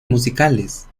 musicales